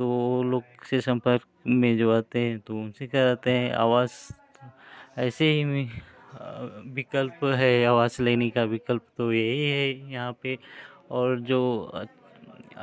तो वे लोग से सम्पर्क में जो आते हैं तो वह उनसे कराते हैं आवास ऐसे ही में विकल्प है आवास लेने का विकल्प तो यही है यहाँ पर और जो